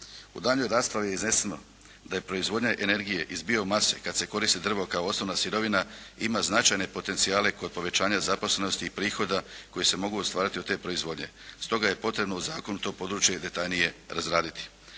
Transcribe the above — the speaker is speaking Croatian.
U daljnjoj raspravi je izneseno da je proizvodnja energije iz biomase kad se koristi drvo kao osnovna sirovina ima značajne potencijale kod povećanja zaposlenosti i prihoda koji se mogu ostvariti kod te proizvodnje, stoga je potrebno u zakonu to područje detaljnije razraditi.